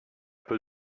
peu